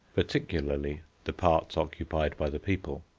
particularly the parts occupied by the people,